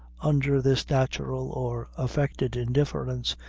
under this natural or affected indifference,